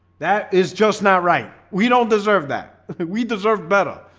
that is just not right we don't deserve that we deserve better.